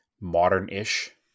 modern-ish